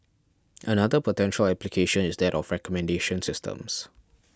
another potential application is that of recommendation systems